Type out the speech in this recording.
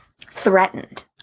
threatened